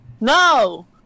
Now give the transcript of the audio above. No